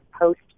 post